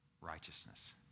righteousness